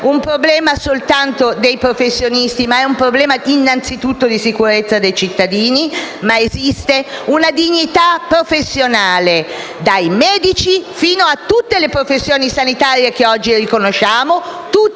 un problema soltanto dei professionisti, ma innanzitutto di sicurezza dei cittadini. Esiste una dignità professionale per tutti, dai medici fino a tutte le professioni sanitarie che oggi riconosciamo. Questa